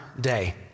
day